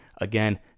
Again